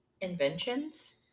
inventions